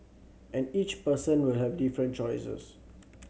and each person will have different choices